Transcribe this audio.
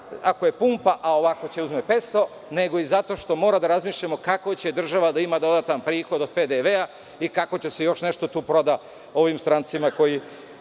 ako je pumpa, a ovako će uzeti 500, nego i zato što moramo da razmišljamo kako će država da ima dodatan prihod od PDV i kako će se tu još nešto prodati ovim strancima, koji